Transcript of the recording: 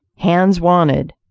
hands wanted,